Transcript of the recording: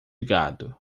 gado